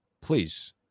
please